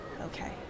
Okay